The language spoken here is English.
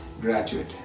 Graduate